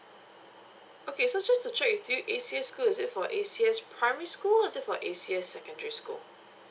okay so just to check with you A_C_S school is it for A_C_S primary school or is it for A_C_S secondary school